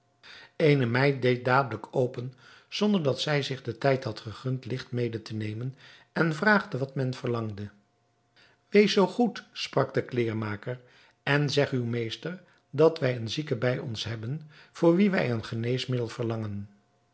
eene meid deed dadelijk open zonder dat zij zich den tijd had gegund licht mede te nemen en vraagde wat men verlangde wees zoo goed sprak de kleêrmaker en zeg uw meester dat wij een zieke bij ons hebben voor wien wij een geneesmiddel verlangen